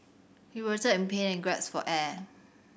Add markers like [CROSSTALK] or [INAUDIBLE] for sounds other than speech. he [UNINTELLIGIBLE] in pain and gasped for air